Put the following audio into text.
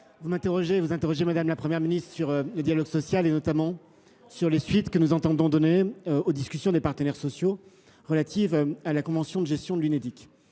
la sénatrice, vous interrogez Mme la Première ministre sur le dialogue social, notamment sur les suites que nous entendons donner aux discussions des partenaires sociaux relatives à la convention de gestion de l’Unédic.